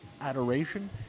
adoration